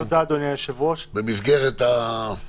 תודה, אדוני היושב-ראש, אנחנו